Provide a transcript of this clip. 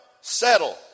settle